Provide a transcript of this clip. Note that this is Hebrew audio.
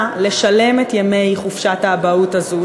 כדי לשלם את ימי חופשת האבהות הזאת,